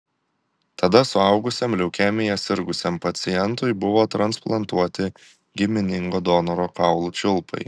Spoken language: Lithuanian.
tada suaugusiam leukemija sirgusiam pacientui buvo transplantuoti giminingo donoro kaulų čiulpai